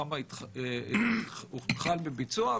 כמה הוחל בביצוע,